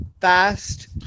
fast